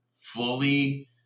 fully